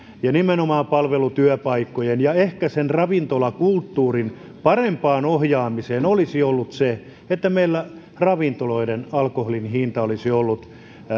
nimenomaan palvelutyöpaikkojen ja ehkä ravintolakulttuurin ohjaamiseen olisi ollut parempi se että meillä ravintoloiden alkoholin hinta olisi ollut